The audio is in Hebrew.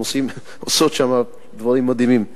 הן עושות שם דברים מדהימים בידיהן.